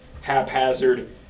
haphazard